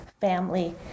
family